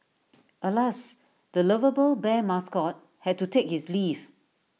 alas the lovable bear mascot had to take his leave